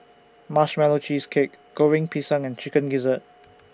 Marshmallow Cheesecake Goreng Pisang and Chicken Gizzard